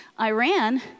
Iran